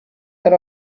had